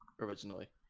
originally